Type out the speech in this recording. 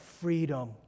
freedom